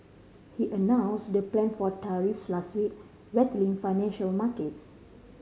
he announced the plan for tariffs last week rattling financial markets